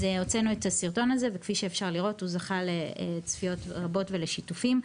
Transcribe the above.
הוצאנו את הסרטון וכמו שאתם רואים הוא זכה לצפיות רבות ולשיתופים.